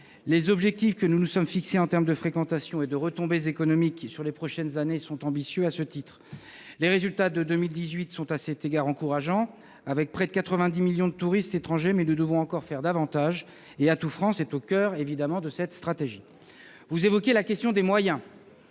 Les objectifs que nous nous sommes fixés en matière de fréquentation et de retombées économiques sur les prochaines années sont ambitieux. Les résultats de 2018 sont à cet égard encourageants, avec près de 90 millions de touristes étrangers, mais nous devons encore faire davantage, et Atout France est au coeur, évidemment, de cette stratégie. Vous évoquez la question des moyens.